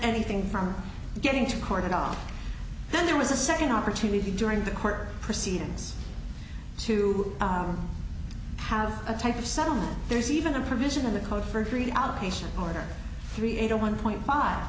anything from getting to court and off then there was a second opportunity during the court proceedings to have a type of settlement there is even a provision in the code for three outpatient or three eight a one point five